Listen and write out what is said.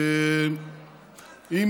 הסכמה שנייה,